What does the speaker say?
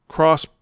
Cross